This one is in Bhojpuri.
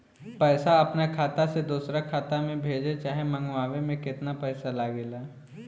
पैसा अपना खाता से दोसरा खाता मे भेजे चाहे मंगवावे में केतना पैसा लागेला?